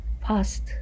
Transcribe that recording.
past